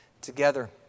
together